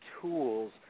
tools